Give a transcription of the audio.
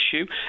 issue